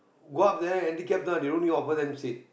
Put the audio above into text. go up there handicap ah they don't even offer them seat